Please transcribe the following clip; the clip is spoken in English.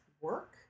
work